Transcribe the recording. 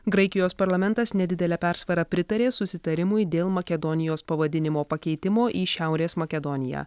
graikijos parlamentas nedidele persvara pritarė susitarimui dėl makedonijos pavadinimo pakeitimo į šiaurės makedoniją